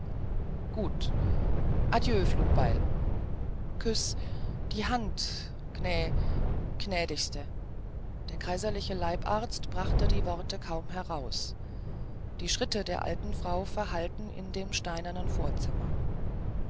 gut adieu flugbeil küss die hand gnä gnädigste der kaiserliche leibarzt brachte die worte kaum heraus die schritte der alten frau verhallten in dem steinernen vorzimmer